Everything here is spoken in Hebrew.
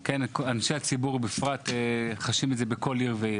אנשי הציבור בפרט חשים את זה בכל עיר ועיר.